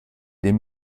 del